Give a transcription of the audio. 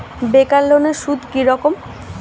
বেকার লোনের সুদ কি রকম?